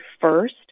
first